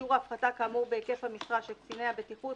ששיעור ההפחתה כאמור בהיקף המשרה של קציני הבטיחות